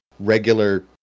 regular